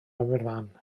aberfan